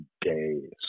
days